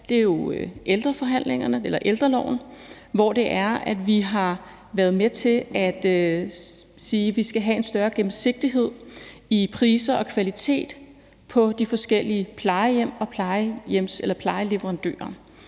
lavet en aftale om, er jo ældreloven, hvor det er, at vi har været med til at sige, at vi skal have en større gennemsigtighed i priser og kvalitet på de forskellige plejehjem og hos de